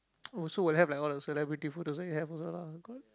oh so will have like all the celebrity for that's in have that's lah got